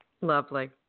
Lovely